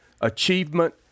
achievement